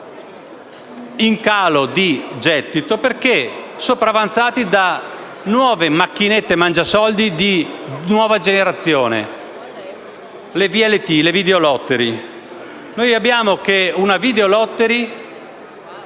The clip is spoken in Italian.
in calo di gettito, perché sopravanzati da "macchinette mangiasoldi" di nuova generazione, ovvero le *videolottery*